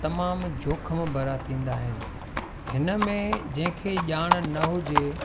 तमामु जोख़िमु भरां थींदा आहिनि हिन में जंहिं खे ॼाण न हुजे